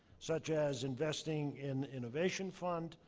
such as investing in innovation fund,